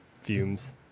fumes